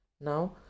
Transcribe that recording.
Now